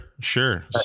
Sure